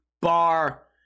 bar